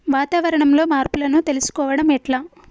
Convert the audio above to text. వాతావరణంలో మార్పులను తెలుసుకోవడం ఎట్ల?